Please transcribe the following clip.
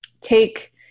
take